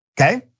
Okay